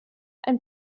ein